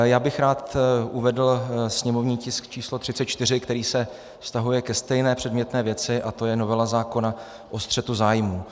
Já bych rád uvedl sněmovní tisk č. 34, který se vztahuje ke stejné předmětné věci, a to je novela zákona o střetu zájmů.